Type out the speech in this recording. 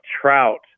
trout